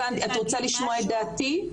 הבנתי, את רוצה לשמוע את דעתי?